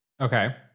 Okay